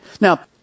Now